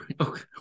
okay